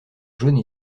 jaune